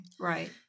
Right